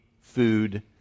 food